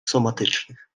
somatycznych